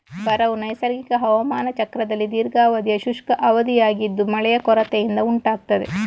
ಬರವು ನೈಸರ್ಗಿಕ ಹವಾಮಾನ ಚಕ್ರದಲ್ಲಿ ದೀರ್ಘಾವಧಿಯ ಶುಷ್ಕ ಅವಧಿಯಾಗಿದ್ದು ಮಳೆಯ ಕೊರತೆಯಿಂದ ಉಂಟಾಗ್ತದೆ